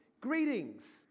Greetings